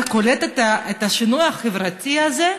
אתה קולט את השינוי החברתי הזה?